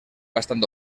bastant